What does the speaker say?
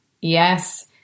yes